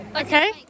Okay